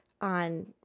on